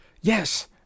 Yes